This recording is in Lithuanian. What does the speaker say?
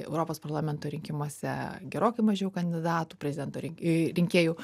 europos parlamento rinkimuose gerokai mažiau kandidatų prezidento i rinkėjų